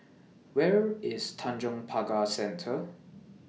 Where IS Tanjong Pagar Centre